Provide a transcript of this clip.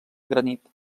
granit